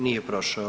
Nije prošao.